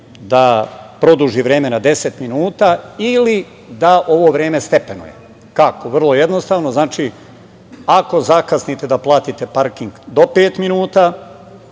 da produži vreme na 10 minuta ili da ovo vreme stepenuje. Kako? Vrlo jednostavno. Znači, ako zakasnite da platite parking do pet minuta,